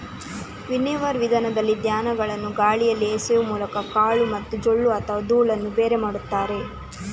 winnower ವಿಧಾನದಲ್ಲಿ ಧಾನ್ಯಗಳನ್ನ ಗಾಳಿಯಲ್ಲಿ ಎಸೆಯುವ ಮೂಲಕ ಕಾಳು ಮತ್ತೆ ಜೊಳ್ಳು ಅಥವಾ ಧೂಳನ್ನ ಬೇರೆ ಮಾಡ್ತಾರೆ